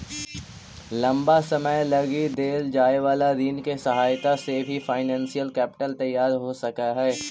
लंबा समय लगी देल जाए वाला ऋण के सहायता से भी फाइनेंशियल कैपिटल तैयार हो सकऽ हई